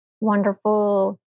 wonderful